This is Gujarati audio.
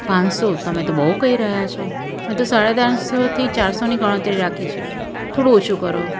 પાંચસો તમે તો બહુ કહી રહ્યા છો મેં તો સાડા ત્રણસોથી ચારસોની ગણતરી રાખી છે થોડું ઓછું કરો